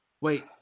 Wait